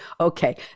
Okay